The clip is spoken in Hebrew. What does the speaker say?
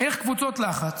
איך קבוצות לחץ